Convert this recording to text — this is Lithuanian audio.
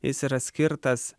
jis yra skirtas